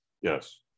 yes